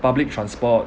public transport